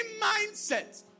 mindset